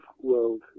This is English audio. world